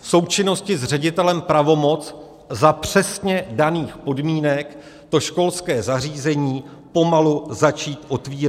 v součinnosti s ředitelem pravomoc za přesně daných podmínek školské zařízení pomalu začít otvírat?